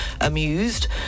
amused